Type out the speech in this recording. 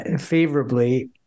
favorably